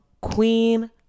Queen